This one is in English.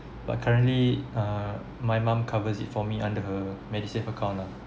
but currently uh my mum covers it for me under her medisave account lah